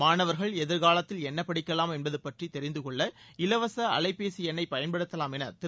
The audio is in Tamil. மாணவர்கள் எதிர்காலத்தில் என்ன படிக்கலாம் என்பது பற்றி தெரிந்து கொள்ள இலவச அலைபேசி எண்ணை பயன்படுத்தலாம் என திரு